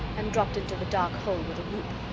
and dropped into the dark hole with a whoop.